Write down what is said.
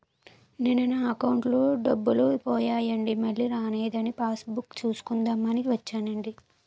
నిన్న నా అకౌంటులో డబ్బులు పోయాయండి మల్లీ రానేదని పాస్ బుక్ సూసుకుందాం అని వచ్చేనండి